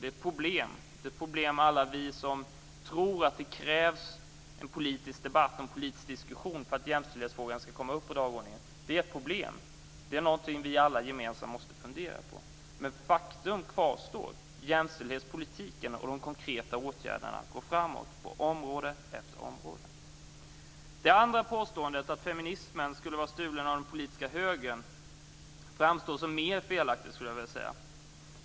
Det är ett problem för alla oss som tror att det krävs en politisk debatt och diskussion för att jämställdhetsfrågan skall komma upp på dagordningen. Det är ett problem som vi alla gemensamt måste fundera på. Men faktum kvarstår: Jämställdhetspolitiken och de konkreta åtgärderna går framåt på område efter område. Det andra påståendet, att feminismen skulle vara stulen av den politiska högern, framstår som felaktigt.